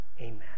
amen